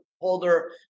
holder